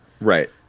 Right